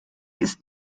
ist